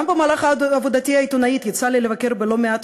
גם במהלך עבודתי העיתונאית יצא לי לבקר בלא-מעט